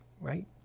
right